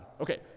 Okay